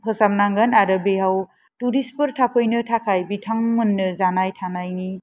फोसाबनांगोन आरो बेयाव टुरिस्टफोर थाफैनो थाखाय बिथांमोन्नो जानाय थानायनि